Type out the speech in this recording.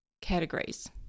categories